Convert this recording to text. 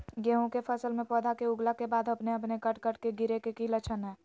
गेहूं के फसल में पौधा के उगला के बाद अपने अपने कट कट के गिरे के की लक्षण हय?